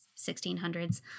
1600s